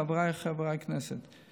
חבריי חברי הכנסת,